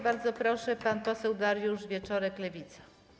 Bardzo proszę, pan poseł Dariusz Wieczorek, Lewica.